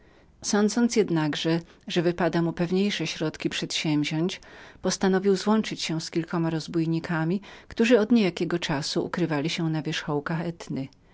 sądząc jednakże że wypadało mu pewniejsze środki przedsięwziąść postanowił złączyć się z kilkoma rozbójnikami którzy od niejakiego czasu ukrywali się na wierzchołkach etny